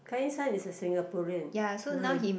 client son is a Singaporean ah